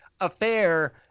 affair